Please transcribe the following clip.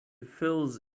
fills